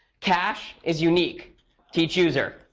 cash is unique to each user.